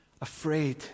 afraid